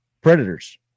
predators